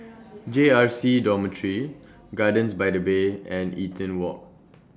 J R C Dormitory Gardens By The Bay and Eaton Walk